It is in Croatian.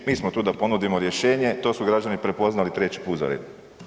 Mi smo tu da ponudimo rješenje, to su građani prepoznali 3 put za redom.